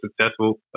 successful